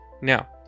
now